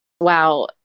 wow